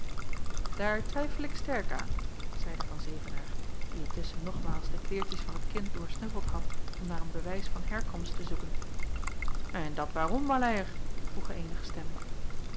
daar twijfel ik sterk aan zeide van zevenaer die intusschen nogmaals de kleêrtjes van het kind doorsnuffeld had om naar een bewijs van herkomst te zoeken en dat waarom maleier vroegen eenige stemmen